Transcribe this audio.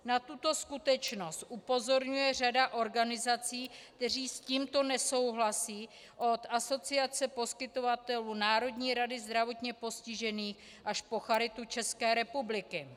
Na tuto skutečnost upozorňuje řada organizací, které s tímto nesouhlasí, od Asociace poskytovatelů, Národní rady zdravotně postižených až po Charitu České republiky.